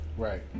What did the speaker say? Right